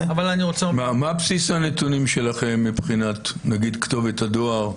מה בסיס הנתונים שלכם מבחינת כתובת הדואר,